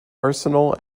arsenal